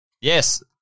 yes